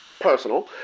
personal